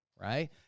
right